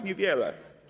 Niewiele.